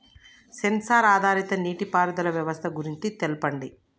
Censor ఆధారిత నీటిపారుదల వ్యవస్థ గురించి తెల్పండి?